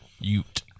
Ute